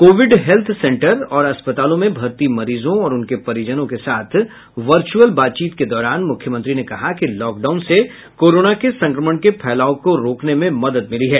Covid health centre और अस्पतालों में भर्ती मरीजों और उनके परिजनों के साथ वर्जूअल बातचीत के दौरान मुख्यमंत्री ने कहा कि लॉकडाउन से कोरोना के संक्रमण के फैलाव को रोकने में मदद मिली है